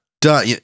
done